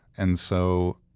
and so,